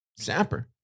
Zapper